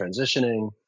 transitioning